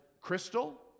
crystal